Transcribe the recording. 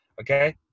Okay